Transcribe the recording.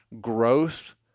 growth